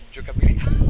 Giocabilità